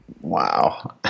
Wow